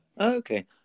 Okay